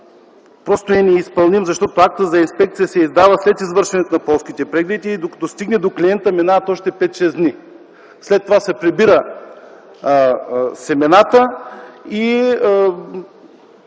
просто е неизпълним, защото актът за инспекция се издава след извършването на полските прегледи и докато стигне до клиента, минават още 5-6 дни, след това се прибират семената и